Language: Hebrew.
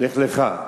לך לך.